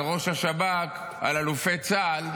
על ראש השב"כ, על אלופי צה"ל,